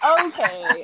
Okay